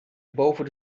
boven